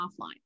offline